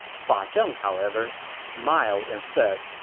fa ah zheng, however, smiled and said,